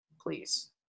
please